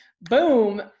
boom